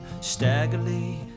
Staggerly